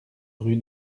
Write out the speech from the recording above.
rue